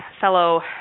fellow